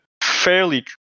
fairly